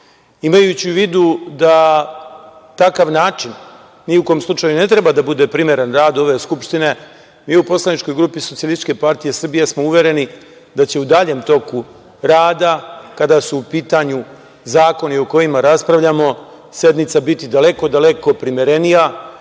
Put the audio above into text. u vidu da takav način ni u kom slučaju ne treba da bude primeren radu ove Skupštine, mi u poslaničkoj grupi Socijalističke partije Srbije smo uvereni da će u daljem toku rada, kada su u pitanju zakoni o kojima raspravljamo, sednica biti daleko, daleko primerenija,